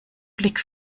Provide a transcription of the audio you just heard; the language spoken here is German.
blick